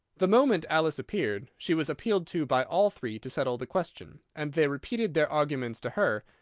the moment alice appeared, she was appealed to by all three to settle the question, and they repeated their arguments to her,